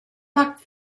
pak